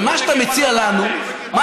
ומה שאתה מציע לנו, אתה לא מכיר מה זה פריימריז.